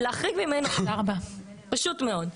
ולהחריג ממנו --- פשוט מאוד.